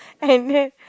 and then